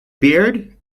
baird